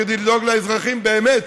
כדי לדאוג לאזרחים באמת.